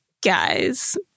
guys